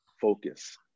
focus